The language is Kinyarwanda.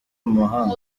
mahanga